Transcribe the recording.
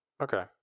Okay